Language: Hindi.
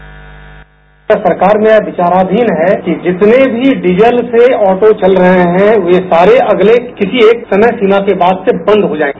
साउंड बाईट सरकार में यह विचाराधीन है कि जितने भी डीजल से ऑटो चल रहे हैं वे सारे अगले किसी एक समय सीमा के बाद से बंद हो जायेंगे